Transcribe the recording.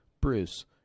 Bruce